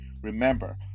Remember